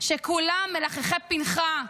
שכולם מלחכי פנכה,